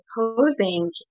posing